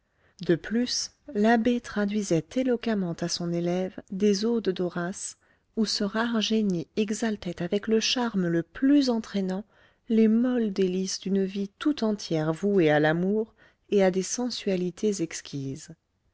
de plus l'abbé traduisait éloquemment à son élève des odes d'horace où ce rare génie exaltait avec le charme le plus entraînant les molles délices d'une vie tout entière vouée à l'amour et à des sensualités exquises